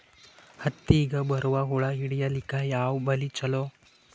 ಹತ್ತಿಗ ಬರುವ ಹುಳ ಹಿಡೀಲಿಕ ಯಾವ ಬಲಿ ಚಲೋ?